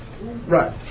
Right